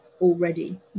already